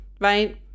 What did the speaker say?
right